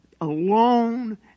alone